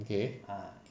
okay